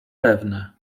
pewne